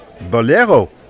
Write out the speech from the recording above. Bolero